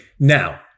Now